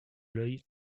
l’œil